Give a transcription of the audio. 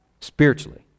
spiritually